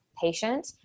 patient